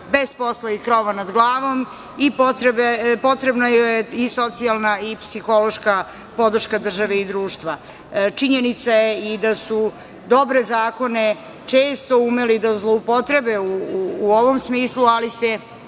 bez posla i krova nad glavom i potrebna joj je i socijalna i psihološka podrška države i društva. Činjenica je i da su dobre zakone često umeli da zloupotrebe u ovom smislu, ali se